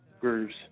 grooves